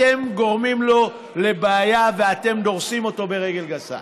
אתם גורמים לו לבעיה ואתם דורסים אותו ברגל גסה.